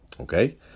Okay